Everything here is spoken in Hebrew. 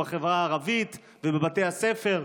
בחברה הערבית ובבתי הספר.